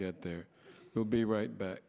get there we'll be right back